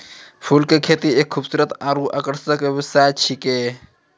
फूल के खेती एक खूबसूरत आरु आकर्षक व्यवसाय छिकै